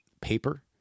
paper